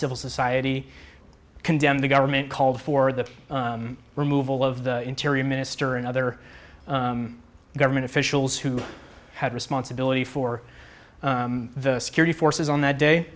civil society condemned the government called for the removal of the interior minister and other government officials who had responsibility for the security forces on that day